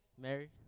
Mary